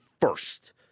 first